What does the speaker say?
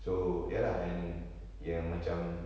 so ya lah and yang macam